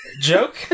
Joke